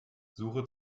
suche